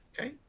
Okay